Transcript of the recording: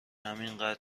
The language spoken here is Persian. همینقد